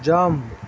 jump